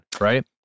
right